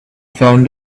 found